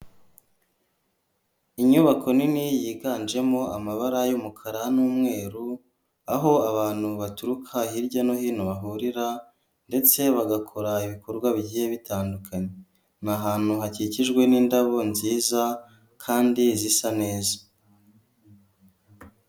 Inyubako nini yiganjemo amabara y'umukara n'umweru aho abantu baturuka hirya no hino bahurira ndetse bagakora ibikorwa bigiye bitandukanye ahantu hakikijwe n'indabo nziza kandi zisa neza.